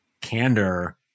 candor